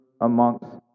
amongst